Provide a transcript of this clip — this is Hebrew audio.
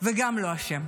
וגם לא אשם.